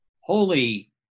holy